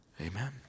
Amen